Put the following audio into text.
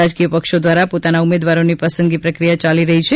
રાજકીયપક્ષો દ્વારા પોતાના ઉમેદવારોની પસંદગી પ્રક્રિયા ચાલી રહી છે